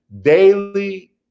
daily